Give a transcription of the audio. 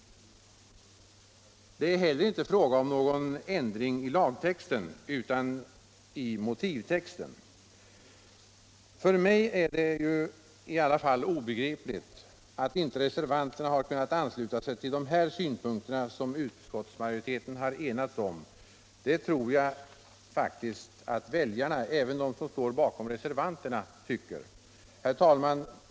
Det är inte heller fråga om ändring i lagtexten utan i motivtexten. För mig är det obegripligt att inte reservanterna har kunnat ansluta sig till de synpunkter som utskottsmajoriteten har enats om. Det tror jag faktiskt att också väljarna — även de som står bakom reservanterna —- tycker. Herr talman!